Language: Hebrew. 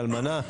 אלמנה.